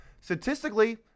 Statistically